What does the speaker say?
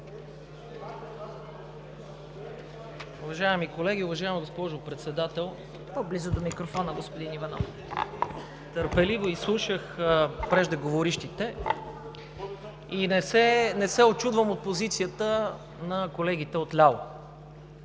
Уважаеми колеги, уважаема госпожо Председател! Търпеливо изслушах преждеговорившите и не се учудвам от позицията на колегите отляво.